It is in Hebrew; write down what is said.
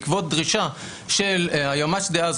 בעקבות דרישה של היועץ המשפטי דאז,